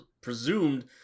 presumed